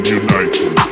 united